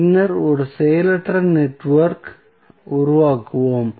பின்னர் ஒரு செயலற்ற நெட்வொர்க் ஐ உருவாக்குவோம்